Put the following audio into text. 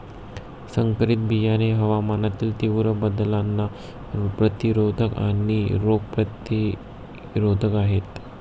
संकरित बियाणे हवामानातील तीव्र बदलांना प्रतिरोधक आणि रोग प्रतिरोधक आहेत